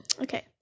Okay